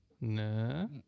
no